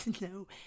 no